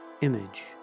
image